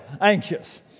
anxious